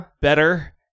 better